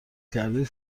کرده